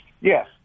yes